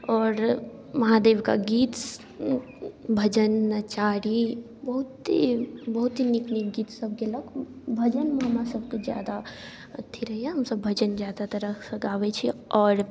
आओर महादेवके गीत भजन नचारी बहुते बहुत नीक नीक गीतसब गेलक भजनमे हमरासबके ज्यादा अथी रहैए हमसब भजन ज्यादा तरहसँ गाबै छी आओर